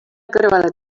kõrvale